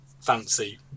fancy